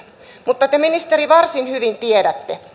mutta te ministeri varsin hyvin tiedätte